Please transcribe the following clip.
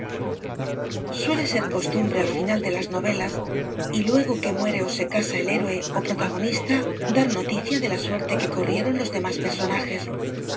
suele ser costumbre al final de las novelas y luego que muere o se casa el héroe o protagonista dar noticia de la suerte que corrieron los demás personajes